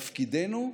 תפקידנו,